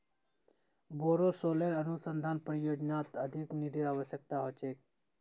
बोरो सोलर अनुसंधान परियोजनात अधिक निधिर अवश्यकता ह छेक